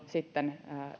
sitten